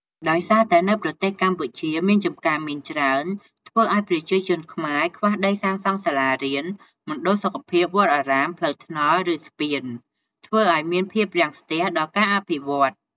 ដោយសារតែនៅប្រទេសកម្ពុជាមានចំការមីនច្រើន ធ្វើឲ្យប្រជាជនខ្មែរខ្វះដីសង់សាលារៀន មណ្ឌលសុខភាព វត្តអារាម ផ្លូវថ្នល់ ឬ ស្ពាន ធ្វើឲ្យមានភាពរាំងស្ទះដល់ការអភិវឌ្ឍ។